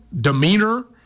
demeanor